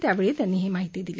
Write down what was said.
त्यावेळी त्यांनी ही माहिती दिली